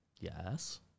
Yes